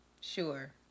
Sure